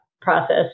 process